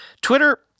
Twitter